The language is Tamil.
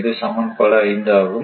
இது சமன்பாடு 5 ஆகும்